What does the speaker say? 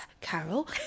Carol